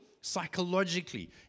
psychologically